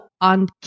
on